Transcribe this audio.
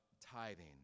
tithing